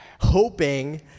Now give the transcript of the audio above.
hoping